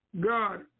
God